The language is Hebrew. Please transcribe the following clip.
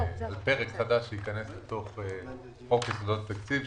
פרק חדש שייכנס לתוך חוק יסודות התקציב,